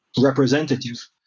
representative